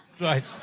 Right